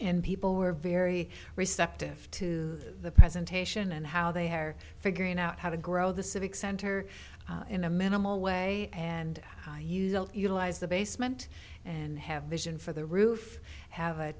and people were very receptive to the presentation and how they are figuring out how to grow the civic center in a minimal way and you utilize the basement and have vision for the roof have